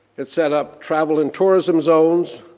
it set up travel and tourism zones,